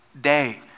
day